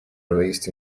released